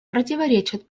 противоречат